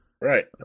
Right